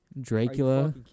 Dracula